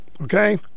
Okay